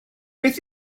beth